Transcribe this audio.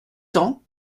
cents